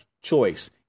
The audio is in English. choice